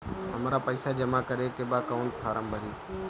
हमरा पइसा जमा करेके बा कवन फारम भरी?